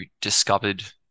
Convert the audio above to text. discovered